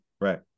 Right